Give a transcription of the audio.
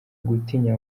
gutinya